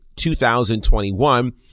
2021